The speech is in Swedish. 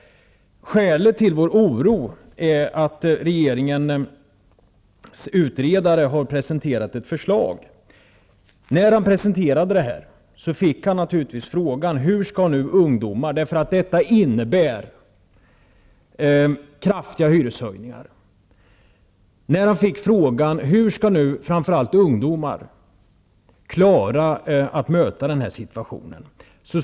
Skälet till vår oro är att regeringens utredare har presenterat ett förslag, som innebär kraftiga hyreshöjningar. När han gjorde det fick han naturligtvis frågan: Hur skall nu framför allt ungdomar klara att möta denna situation?